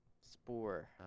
spore